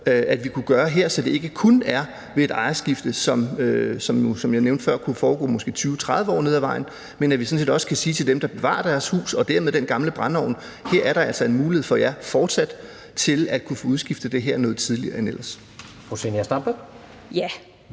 vi kunne følge her, så det ikke kun er ved et ejerskifte, der, som jeg nævnte før, måske vil foregå 20-30 år nede ad vejen, men at vi sådan set også kan sige til dem, der bevarer deres hus og dermed den gamle brændeovn, at der altså her er en mulighed for jer, fortsat, til at få udskiftet det her noget tidligere end ellers.